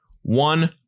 one